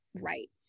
Right